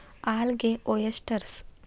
algae, oysters